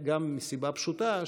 מסיבה פשוטה,